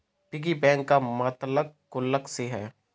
piggy bank का मतलब गुल्लक से है